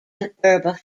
herbivore